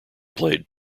played